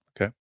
Okay